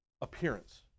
appearance